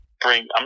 bring